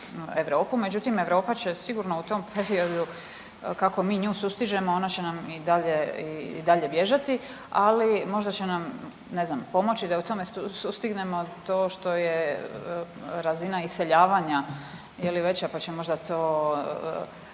Međutim, Europa će sigurno u tom periodu kako mi nju sustižemo ona će nam i dalje i dalje bježati, ali možda će nam ne znam pomoći da je u tome sustignemo. To što je razina iseljavanja je li veća pa će možda to